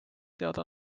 teada